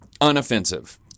unoffensive